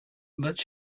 but